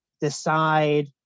decide